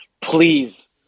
please